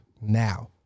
now